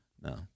No